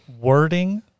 wording